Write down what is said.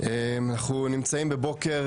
אנחנו נמצאים בבוקר